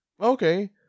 Okay